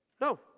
No